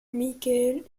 michael